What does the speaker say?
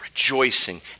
Rejoicing